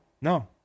No